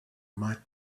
might